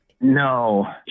No